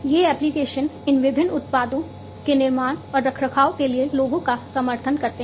ये एप्लिकेशन इन विभिन्न उत्पादों के निर्माण और रखरखाव के लिए लोगों का समर्थन करते हैं